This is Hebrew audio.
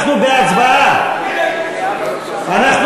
לא לא לא, חבר הכנסת טלב אבו עראר.